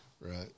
Right